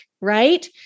right